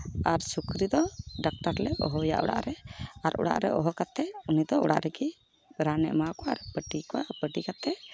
ᱟᱨ ᱥᱩᱠᱨᱤ ᱫᱚ ᱰᱟᱠᱛᱟᱨ ᱞᱮ ᱦᱚᱦᱚᱣᱟᱭᱟ ᱚᱲᱟᱜ ᱨᱮ ᱟᱨ ᱚᱲᱟᱜ ᱨᱮ ᱦᱚᱦᱚ ᱠᱟᱛᱮᱫ ᱩᱱᱤ ᱫᱚ ᱚᱲᱟᱜ ᱨᱮᱜᱮ ᱨᱟᱱᱮ ᱮᱢᱟᱣᱟᱠᱚᱣᱟ ᱟᱨᱮᱭ ᱯᱟᱴᱤ ᱠᱚᱣᱟ ᱯᱟᱴᱤ ᱠᱟᱛᱮᱫ